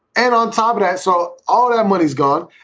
and on top of that, so all that money's gone.